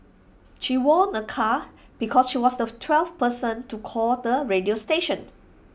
she won A car because she was the twelfth person to call the radio station